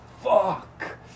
fuck